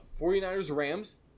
49ers-Rams